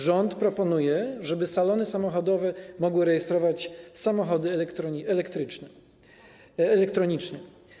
Rząd proponuje, żeby salony samochodowe mogły rejestrować samochody elektryczne, elektroniczne.